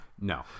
no